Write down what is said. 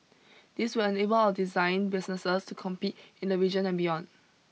this will enable our design businesses to compete in the region and beyond